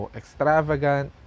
extravagant